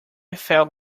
felt